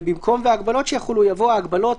(2) במקום "וההגבלות שיחולו" יבוא "ההגבלות,